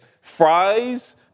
fries